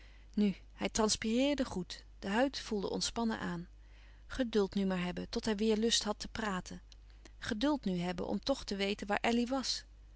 nu hij transpireerde goed de huid voelde ontspannen aan geduld nu maar hebben tot hij weêr lust had te praten geduld nu hebben om toch te weten waar elly was